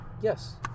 Yes